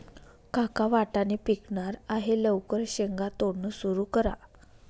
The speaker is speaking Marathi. काका वाटाणे पिकणार आहे लवकर शेंगा तोडणं सुरू करा